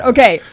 Okay